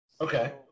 Okay